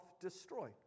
destroy